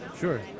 Sure